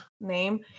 name